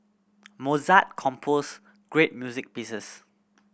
Mozart composed great music pieces